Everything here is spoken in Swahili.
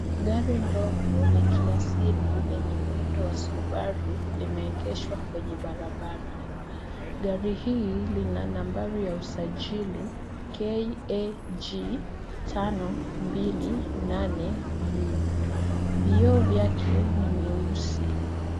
Gari ndogo la kiasili lenye muundo wa subaru, limeegeshwa kwenye barabara. Gari hii lina namba ya usajili,.KAG 528U. Vioo vyake ni nyeusi.